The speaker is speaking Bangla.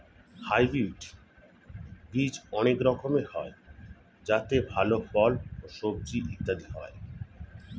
হাইব্রিড বীজ অনেক রকমের হয় যাতে ভালো ফল, সবজি ইত্যাদি হয়